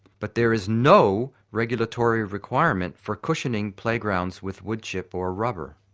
but there is no regulatory requirement for cushioning playgrounds with wood chip or rubber.